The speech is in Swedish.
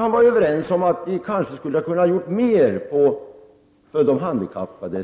vara överens om att vi kanske borde ha gjort mer för de handikappade.